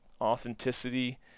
authenticity